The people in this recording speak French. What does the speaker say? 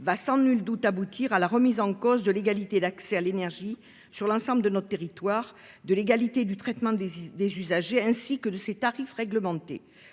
sans nul doute à la remise en cause de l'égalité d'accès à l'énergie sur l'ensemble de notre territoire, de l'égalité de traitement des usagers ainsi que des tarifs réglementés.